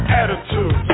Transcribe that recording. attitude